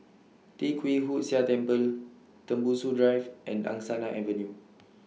Tee Kwee Hood Sia Temple Tembusu Drive and Angsana Avenue